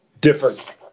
different